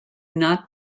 not